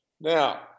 Now